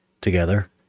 together